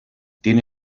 tiene